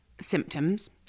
symptoms